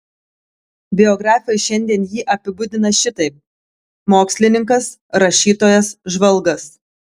biografai šiandien jį apibūdina šitaip mokslininkas rašytojas žvalgas